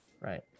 right